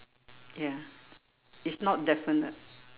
ya it's not definite